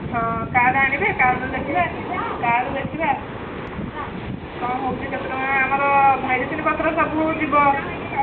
ହଁ କାର୍ଡ଼ ଆଣିବେ କାର୍ଡ଼ରେ ଦେଖିବା କାର୍ଡ଼ରେ ଦେଖିବା କ'ଣ ହେଉଛି କେତେ ଟଙ୍କା ଆମର ମେଡ଼ିସିନ ପତ୍ର ସବୁ ଯିବ